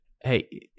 hey